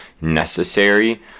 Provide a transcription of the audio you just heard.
necessary